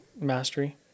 mastery